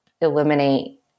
eliminate